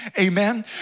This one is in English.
Amen